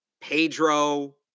Pedro